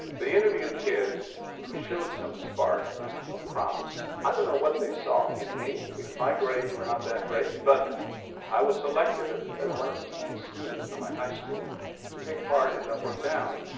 they interviewed kids who showed some spark of promise. i don't know what they saw in me because my grades were not that great but i was selected as one of ten students from my high school to take part in upward bound.